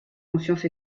conscience